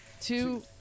Two